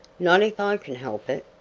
not if i can help it.